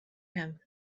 him